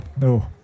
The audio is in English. No